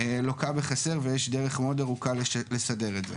לוקה בחסר ויש דרך מאוד ארוכה לסדר את זה.